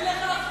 איך לך אחריות?